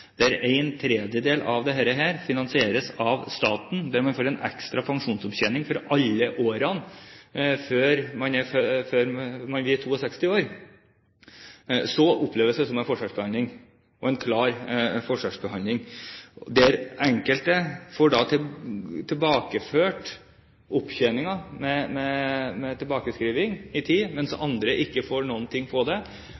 en tredjedel finansieres av staten, og der man får en ekstra pensjonsopptjening for alle årene før man blir 62 år, oppleves det som en forskjellsbehandling og en klar forskjellsbehandling ved at enkelte får tilbakeført opptjeningen med tilbakeskriving i tid, mens